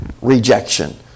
rejection